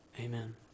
Amen